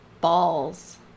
Balls